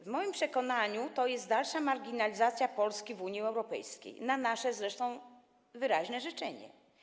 W moim przekonaniu to jest dalsza marginalizacja Polski w Unii Europejskiej, zresztą na nasze wyraźne życzenie.